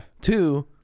Two